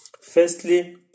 Firstly